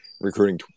recruiting